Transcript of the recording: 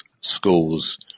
schools